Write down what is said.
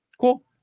cool